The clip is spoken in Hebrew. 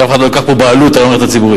שאף אחד לא ייקח פה בעלות על המערכת הציבורית.